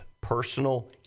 personal